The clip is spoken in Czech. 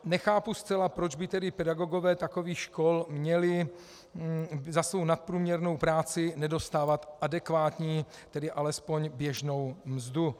Nechápu zcela, proč by tedy pedagogové takových škol měli za svou nadprůměrnou práci nedostávat adekvátní, tedy alespoň běžnou mzdu.